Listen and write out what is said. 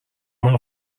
مال